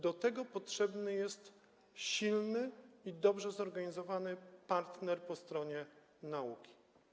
Do tego potrzebny jest silny i dobrze zorganizowany partner po stronie nauki.